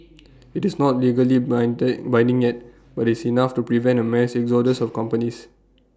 it's not legally bind IT binding yet but it's enough to prevent A mass exodus of companies